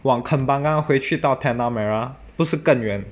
往 kembangan 回去到 tanah merah 不是更远